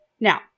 Now